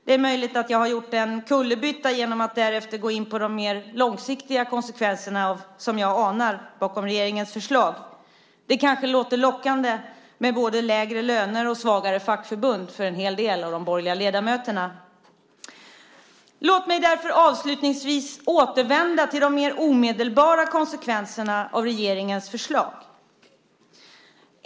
Det är möjligt att jag har gjort en kullerbytta genom att därefter gå in på de mer långsiktiga konsekvenser som jag anar bakom regeringens förslag. Det kanske låter lockande med både lägre löner och svagare fackförbund för en hel del av de borgerliga ledamöterna. Låt mig därför avslutningsvis återvända till de mer omedelbara konsekvenserna av regeringens förslag.